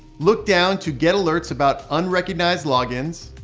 look down to get alerts about unrecognized logins.